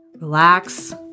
relax